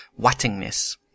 Wattingness